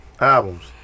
Albums